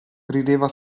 rideva